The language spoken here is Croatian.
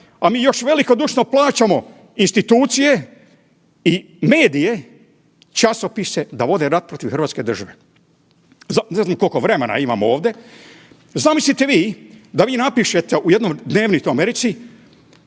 A mi još velikodušno plaćamo institucije i medije, časopise da vode rat protiv Hrvatske države. Ne znam koliko vremena imam ovdje. Zamislite vi da vi napišete u jednom … u Americi